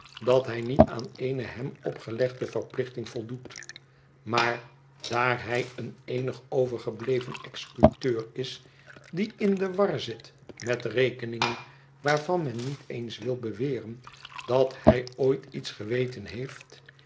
dat hij niet aan eene hem opgelegde verplichting voldoet maar daar hij een eenig overgebleven executeur is die in de war zit met rekeningen waarvan men niet eens wil beweren dat hij ooit iets geweten heeft